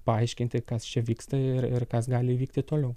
paaiškinti kas čia vyksta ir ir kas gali įvykti toliau